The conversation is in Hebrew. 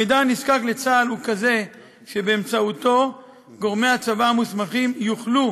המידע הדרוש לצה"ל הוא כזה שבאמצעותו גורמי הצבא המוסמכים יוכלו